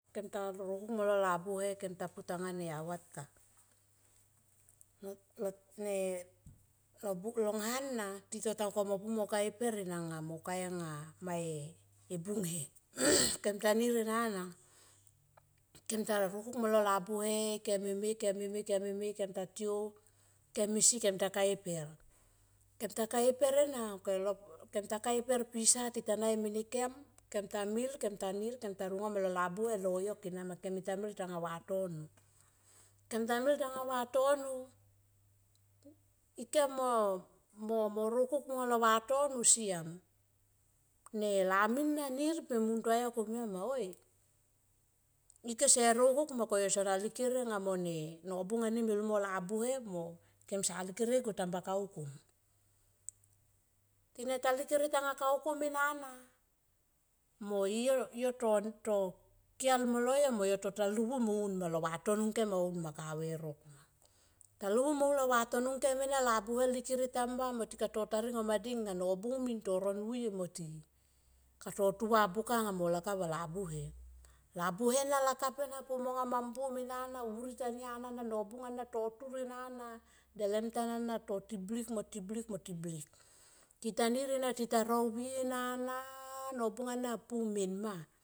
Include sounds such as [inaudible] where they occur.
Kem ta rokuk molo labuhe kem ta pu tanga avat ka. Ne nobung lo han na tito ta mung kone mo ka e per ena mo kai anga ma e bung he [noise] kem ta nir ena na kem e me kem ta rokuk molo labuhe kem eme kem e me kem ta tiou kem esi kem ta ka e per. Kem ta ka e per ena ok lo, kem ta ka e per pisa tita nai mene kem, kem ta mil ta nir kem ta lungalo labuhe loyok ena ma kem mil talo vatono. Kem ta mil tanga vatono ikem mo, mo rokuk alo vatono siam ne lami na nir pe muntua yo komia ma oi ike se rokuk ma ko yo sona likere anga mo ne nobung ani me lung mo labuhe mo kem sa likere go tamba kaukum. Tine ta likere tamba kaukum ena na mo yo to ker molo yo mo yo tota livuma alo vatono ngkem au kave rok ma. Ta livu mo un lo vatono ngkem ena labuhe likere tamba mo tikato ta ringo ma dinga nobung min to ro nuye mo ti kato tuva buka anga mo laka va labuhe. Labuhe na lakap ena pu monga ma mbuom ena na vuri tania na nobung ana to tur ana na tanana to ti blik mo ti blik mo tiblik. Tita nir ena tita ro vie nana nabung ara pu men ena ma.